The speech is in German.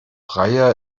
praia